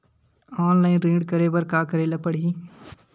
Online ऋण करे बर का करे ल पड़हि?